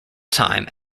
time